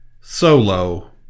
Solo